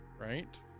Right